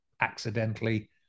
accidentally